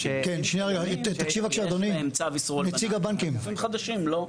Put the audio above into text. --- וגופים חדשים לא,